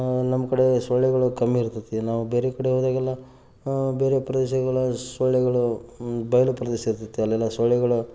ನಮ್ಮ ಕಡೆ ಸೊಳ್ಳೆಗಳು ಕಮ್ಮಿ ಇರ್ತದೆ ನಾವು ಬೇರೆ ಕಡೆ ಹೋದಾಗೆಲ್ಲ ಬೇರೆ ಪ್ರದೇಶಗಳ ಸೊಳ್ಳೆಗಳು ಈ ಬಯಲು ಪ್ರದೇಶ ಇರ್ತದೆ ಅಲ್ಲೆಲ್ಲ ಸೊಳ್ಳೆಗಳು